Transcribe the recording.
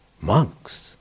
monks